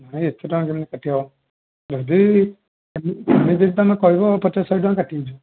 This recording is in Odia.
ନାଇ ଏତେ ଟଙ୍କା କେମିତି କାଟି ହେବ ଯଦି ତମେ ଯଦି କହିବି ପଚାଶ ଶହେ ଟଙ୍କା କାଟି ହୋଇଯିବ